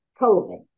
COVID